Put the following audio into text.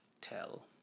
tell